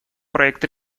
проект